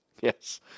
Yes